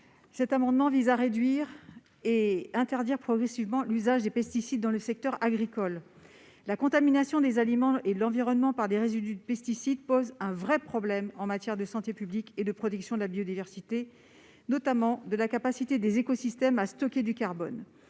Cet amendement vise à réduire et à interdire progressivement l'usage des pesticides dans le secteur agricole. La contamination des aliments et de l'environnement par des résidus de pesticides pose un véritable problème en matière de santé publique et de protection de la biodiversité, s'agissant notamment de la capacité des écosystèmes à stocker du carbone.